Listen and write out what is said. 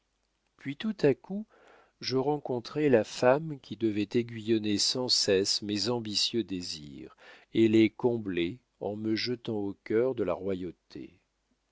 puis tout à coup je rencontrai la femme qui devait aiguillonner sans cesse mes ambitieux désirs et les combler en me jetant au cœur de la royauté